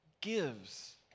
gives